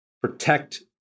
protect